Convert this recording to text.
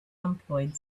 employed